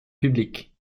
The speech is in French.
publiques